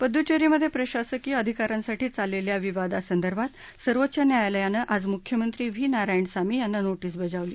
पुदुच्चेरीमधे प्रशायकीय अधिकारांसाठी चाललेल्या विवादासंदर्भात सर्वोच्च न्यायालयानं आज मुख्यमंत्री व्ही नारायणसामी यांना नोटीस बजावली